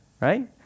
right